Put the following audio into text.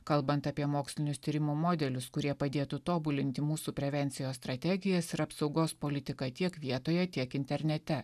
kalbant apie mokslinius tyrimų modelius kurie padėtų tobulinti mūsų prevencijos strategijas ir apsaugos politiką tiek vietoje tiek internete